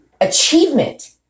achievement